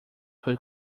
who